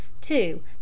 two